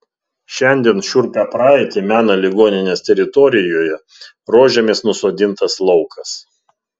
šiandien šiurpią praeitį mena ligoninės teritorijoje rožėmis nusodintas laukas